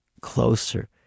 closer